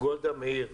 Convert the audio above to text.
גולדה מאיר.